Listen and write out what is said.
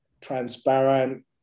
transparent